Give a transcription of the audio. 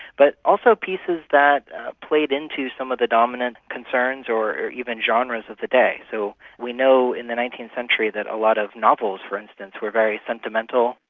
but also pieces that played into some of the dominant concerns or even genres of the day. so we know in the nineteenth century that a lot of novels, for instance, were very sentimental,